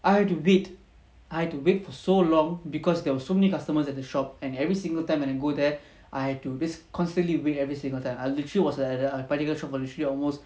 I have to wait I have to wait for so long because there were so many customers at the shop and every single time when I go there I have to this constantly wait every single time I literally was at bicycle shop for literally almost